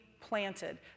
planted